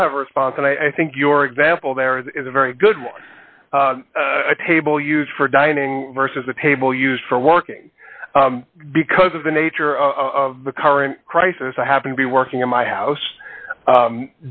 do have a response and i think your example there is a very good one a table used for dining versus a papal used for working because of the nature of the current crisis i happen to be working in my house